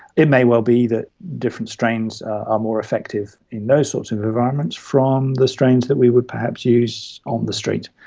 it may well be that different strains are more effective in those sorts of environments from the strains that we would perhaps use on the street.